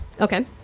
Okay